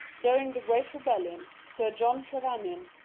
during the great rebellion, sir john trevanion,